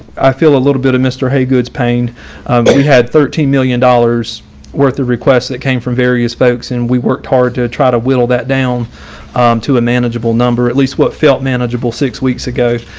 i feel a little bit of mr. hay goods pain. but we had thirteen million dollars worth of requests that came from various folks. and we worked hard to try to whittle that down to a manageable number, at least what felt manageable six weeks ago.